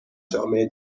جامعه